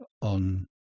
on